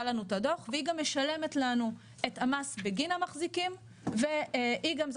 לנו את הדוח והיא גם משלמת לנו את המס בגין המחזיקים והיא גם זאת